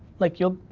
like you'll,